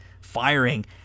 Firing